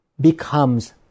becomes